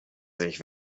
sich